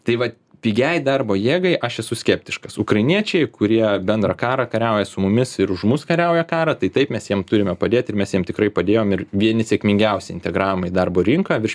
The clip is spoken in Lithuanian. taip vat pigiai darbo jėgai aš esu skeptiškas ukrainiečiai kurie bendrą karą kariauja su mumis ir už mus kariauja karą tai taip mes jiem turime padėti mes jiem tikrai padėjom ir vieni sėkmingiausių integravome į darbo rinką virš